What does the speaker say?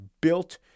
built